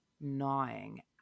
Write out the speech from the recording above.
gnawing